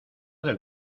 del